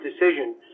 decision